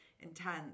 intense